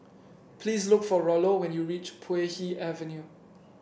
please look for Rollo when you reach Puay Hee Avenue